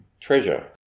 treasure